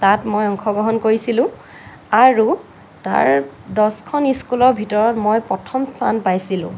তাত মই অংশগ্ৰহণ কৰিছিলোঁ আৰু তাৰ দহখন স্কুলৰ ভিতৰত মই প্ৰথম স্থান পাইছিলোঁ